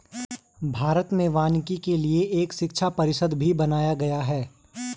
भारत में वानिकी के लिए एक शिक्षा परिषद भी बनाया गया है